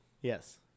Yes